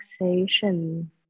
relaxation